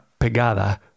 pegada